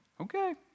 okay